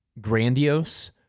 grandiose